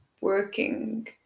working